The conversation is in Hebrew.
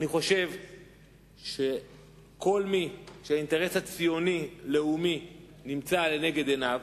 אני חושב שכל מי שהאינטרס הציוני-לאומי מול עיניו,